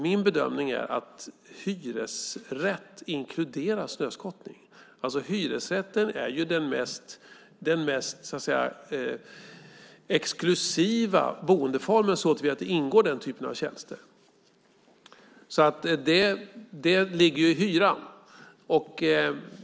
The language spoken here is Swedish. Min bedömning är att hyresrätt inkluderar snöskottning. Hyresrätten är ju den så att säga mest exklusiva boendeformen såtillvida att den här typen av tjänster ingår. Sådant ligger alltså i hyran.